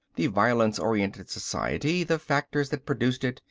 the violence-orientated society, the factors that produced it,